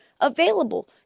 available